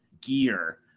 gear